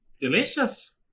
Delicious